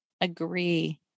Agree